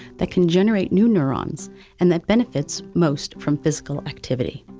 that can generate new neurons and that benefits most from physical activity.